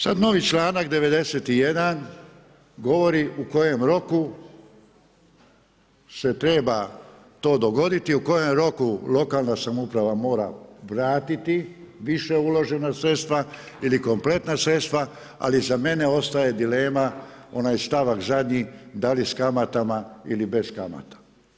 Sad novi članak 91. govori u kojem roku se treba to dogoditi u kojem roku lokalna samouprava mora vratiti više uložena sredstva ili kompletna sredstva, ali za mene ostaje dilema onaj stavak zadnji da li s kamatama ili bez kamata.